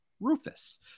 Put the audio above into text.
rufus